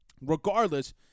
Regardless